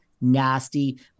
nasty